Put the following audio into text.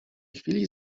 chwili